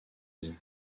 vie